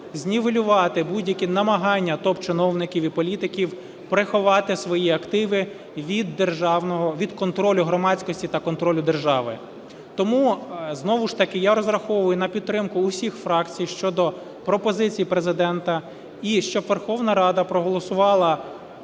знівелювати будь-які намагання топ-чиновників і політиків приховати свої активи від контролю громадськості та контролю держави. Тому знову ж таки я розраховую на підтримку усіх фракцій щодо пропозицій Президента, і щоб Верховна Рада проголосувала